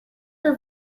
her